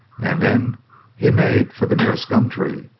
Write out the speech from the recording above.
and then he made for the nearest gum tree,